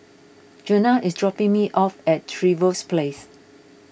Juana is dropping me off at Trevose Place